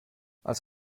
als